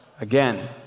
Again